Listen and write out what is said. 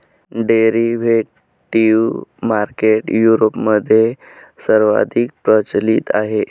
derivative market युरोपमध्ये सर्वाधिक प्रचलित आहे